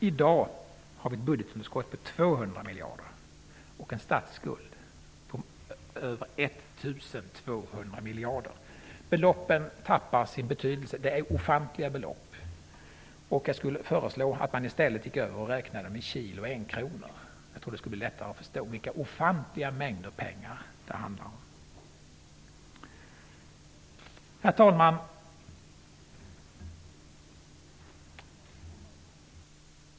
I dag är budgetunderskottet på över 200 miljarder och statsskulden på över 1 200 miljarder. Beloppen tappar sin betydelse. Det är ofantliga belopp. Jag skulle föreslå att man gick över till att räkna underskotten i kilo enkronor. Jag tror att det skulle göra det lättare att förstå vilka ofantliga mängder pengar det handlar om. Herr talman!